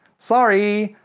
sorry!